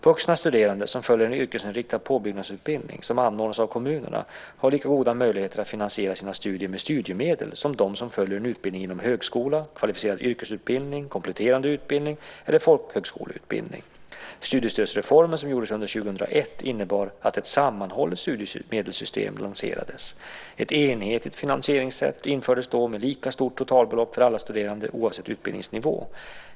Vuxna studerande som följer en yrkesinriktad påbyggnadsutbildning som anordnas av kommunerna har lika goda möjligheter att finansiera sina studier med studiemedel som de som följer en utbildning inom högskola, kvalificerad yrkesutbildning, kompletterande utbildning eller en folkhögskoleutbildning. Studiestödsreformen som gjordes under 2001 innebar att ett sammanhållet studiemedelssystem lanserades. Ett enhetligt finansieringssätt infördes då med lika stort totalbelopp för alla studerande oavsett utbildningsnivå.